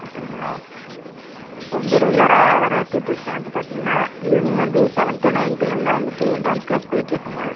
அப்படிங்களா இப்போ வந்து ரெகுலராக வர பீப்பிள்ஸெலாம் வந்து பார்த்தீங்கன்னா ஈவினிங் வந்து செவன் டு நயன் பீஎம் தான் வந்துட்டு டான்ஸ் க்ளாஸ் போய்ட்டுருக்காங்க